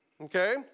Okay